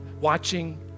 Watching